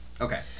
Okay